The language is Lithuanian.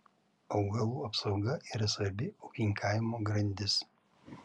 augalų apsauga yra svarbi ūkininkavimo grandis